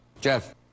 Jeff